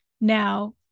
Now